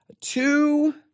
Two